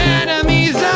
enemies